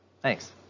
Thanks